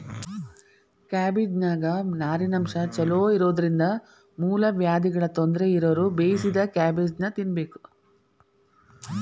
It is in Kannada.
ಕ್ಯಾಬಿಜ್ನಾನ್ಯಾಗ ನಾರಿನಂಶ ಚೋಲೊಇರೋದ್ರಿಂದ ಮೂಲವ್ಯಾಧಿಗಳ ತೊಂದರೆ ಇರೋರು ಬೇಯಿಸಿದ ಕ್ಯಾಬೇಜನ್ನ ತಿನ್ಬೇಕು